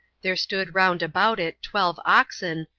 there stood round about it twelve oxen,